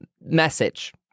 message